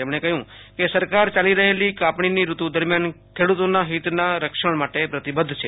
તેમણે કહ્યું કે સરકાર ચાલી રહેલી કાપણીની ઋતુ દરમિયાન ખેડૂતોના હિતોના રક્ષણ માટે પતિબધ્ધ છે